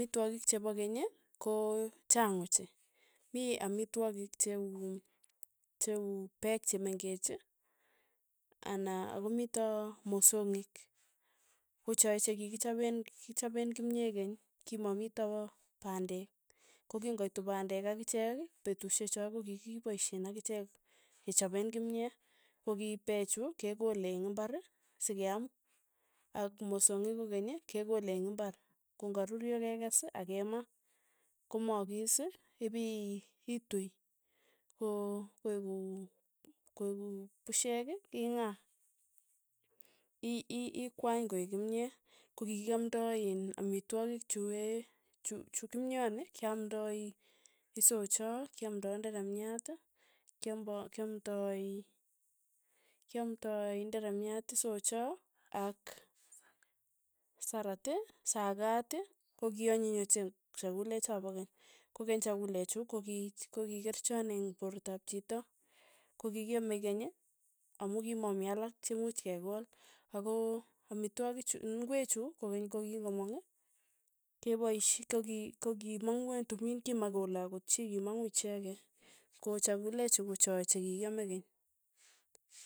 Amitwogik chepa keny ko chang ochei, mi amitwogik cheu cheu peek chemengech, ana komito mosongik, ko chae chekikichapen kichapen kimye keny, kimamito pandek, koking'oit pandek akichek petushe cho kokikipaishe akichek kechopen kimyee, ko ki pechu kekole ing imbar, sikeam an mosongik ko keny, kekole eng imbar, ko ng'aruryo kekes ak kemaa, komaakis ipi itui, ko koeku koeku pushek ing'aa, i- i- ikwany koeek kimyet, kokikiamndai in amitwogik chuee chu chu kimyoni keamndai isocho, keamndai nderemiat, keambo keamndai kiamtoy nderemiat, socho ak sarat, sakatkokianyiny ochei chakule cho po keny, kokeny chakule chu, kokich kokikerichan eng' portap chito, kokikiame keny amu kimamii alak chemuuch kekool, ako amitwogik chu mm ingwek chu kokeny kokikomang kepaishe, koki kokimang'u eng' tumin kimakole akot chi, kimang'u ichekei, ko chekule chu ko choe che kikiame keny.